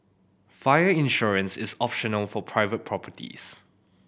fire insurance is optional for private properties